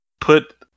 put